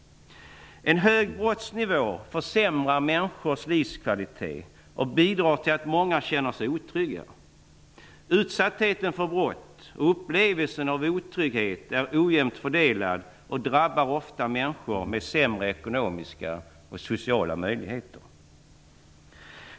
En hög brottsnivå försämrar människors livskvalitet och bidrar till att många känner sig otrygga. Utsattheten för brott och upplevelsen av otrygghet är ojämnt fördelade och drabbar ofta människor med sämre ekonomiska och sociala möjligheter.